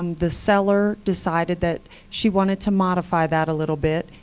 um the seller decided that she wanted to modify that a little bit.